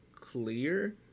clear